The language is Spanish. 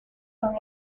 son